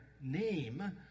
name